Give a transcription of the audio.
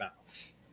mouse